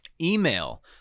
Email